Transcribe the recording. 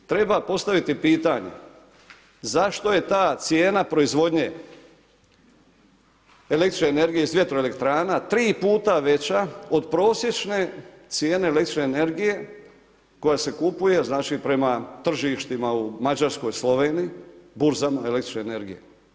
Treba postaviti pitanje zašto je ta cijena proizvodnje električne energije iz vjetroelektrana 3 puta veća od prosječne cijene električne energije koja se kupuje prema tržištima u Mađarskoj, Sloveniji, burzama električne energije.